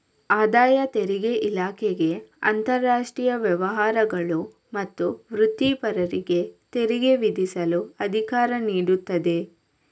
ಆದಾಯ ತೆರಿಗೆ ಇಲಾಖೆಗೆ ಅಂತರಾಷ್ಟ್ರೀಯ ವ್ಯವಹಾರಗಳು ಮತ್ತು ವೃತ್ತಿಪರರಿಗೆ ತೆರಿಗೆ ವಿಧಿಸಲು ಅಧಿಕಾರ ನೀಡುತ್ತದೆ